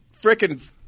frickin